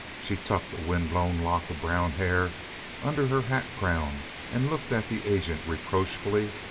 she tucked a wind-blown lock of brown hair under her hat crown and looked at the agent reproachfully,